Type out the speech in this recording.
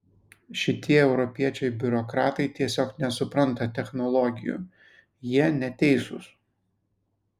šitie europiečiai biurokratai tiesiog nesupranta technologijų jie neteisūs